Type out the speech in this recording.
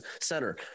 center